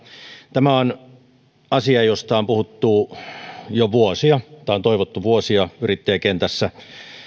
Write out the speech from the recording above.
tämä on asia josta on puhuttu jo vuosia tätä on toivottu vuosia yrittäjäkentässä